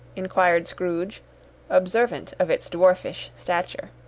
inquired scrooge observant of its dwarfish stature.